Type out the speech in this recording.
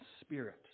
spirit